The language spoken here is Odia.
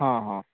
ହଁ ହଁ